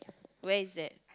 where is that